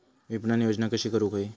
विपणन योजना कशी करुक होई?